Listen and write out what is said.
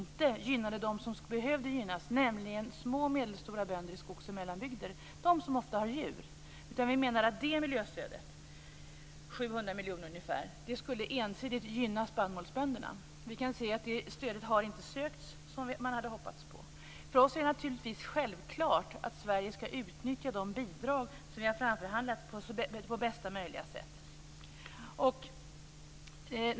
Det är för oss självklart att Sverige på bästa möjliga sätt skall utnyttja de bidrag som vi har framförhandlat.